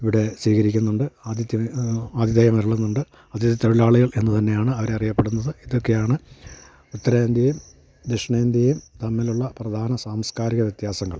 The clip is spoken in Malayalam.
ഇവിടെ സ്വീകരിക്കുന്നുണ്ട് ആദിത്യ ആദിതേയമരുളുന്നുണ്ട് അതിഥി തൊഴിലാളികൾ എന്നു തന്നെയാണ് അവരെ അറിയപ്പെടുന്നത് ഇതൊക്കെയാണ് ഉത്തരേന്ത്യയും ദക്ഷിണേന്ത്യയും തമ്മിലുള്ള പ്രധാന സാംസ്കാരിക വ്യത്യാസങ്ങൾ